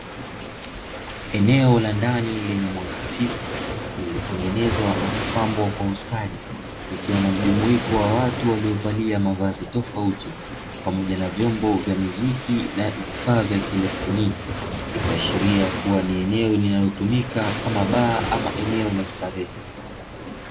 Eneo la ndani lenye mwanga hafifu liliotengenezwa na kupambwa kwa ustadi likiwa na mjumuiko wa watu waliovalia mavazi tofauti pamoja na vyombo vya mziki na vifaa vya kielektoniki. Ikiashiria kuwa ni eneo linalotumika kama baa ama eneo la starehe.